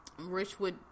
Richwood